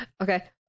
Okay